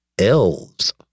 elves